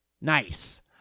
Nice